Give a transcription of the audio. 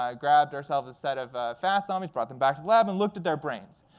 um grabbed ourselves a set of fast zombies, brought them back to the lab and looked at their brains.